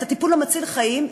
את הטיפול המציל חיים,